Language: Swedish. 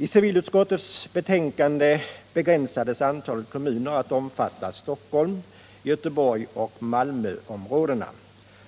I civilutskottets betänkande begränsades antalet kommuner till att omfatta Stockholms-, Göteborgsoch Malmöområdena.